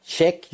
Check